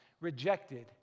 rejected